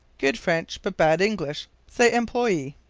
good french, but bad english. say, employee.